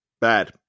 bad